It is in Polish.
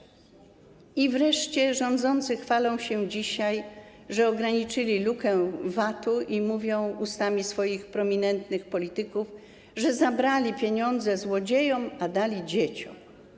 I wreszcie rządzący chwalą się dzisiaj, że ograniczyli lukę VAT-owską i mówią ustami swoich prominentnych polityków, że zabrali pieniądze złodziejom, a dali dzieciom.